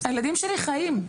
הילדים שלי חיים.